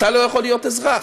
אתה לא יכול להיות אזרח.